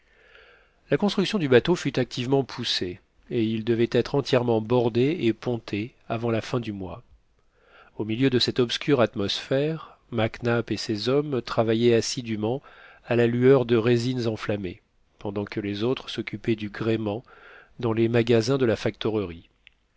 la construction du bateau fut activement poussée et il devait être entièrement bordé et ponté avant la fin du mois au milieu de cette obscure atmosphère mac nap et ses hommes travaillaient assidûment à la lueur de résines enflammées pendant que les autres s'occupaient du gréement dans les magasins de la